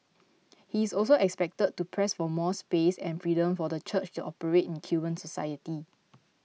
he is also expected to press for more space and freedom for the Church to operate in Cuban society